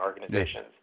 Organizations